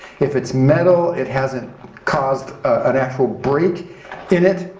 if it's metal, it hasn't caused an actual break in it,